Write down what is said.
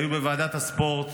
היו בוועדת הספורט.